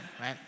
right